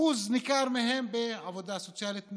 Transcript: ואחוז ניכר מהן בעבודה סוציאלית.